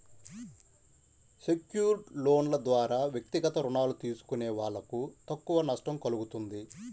secured లోన్ల ద్వారా వ్యక్తిగత రుణాలు తీసుకునే వాళ్ళకు తక్కువ నష్టం కల్గుతుంది